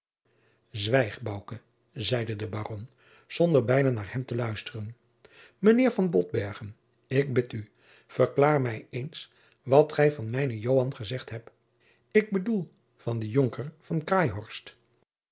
bouke zeide de baron zonder bijna naar hem te luisteren mijnheer van botbergen ik bid u verklaar mij eens wat gij van mijnen joan gezegd hebt ik bedoel van dien jonker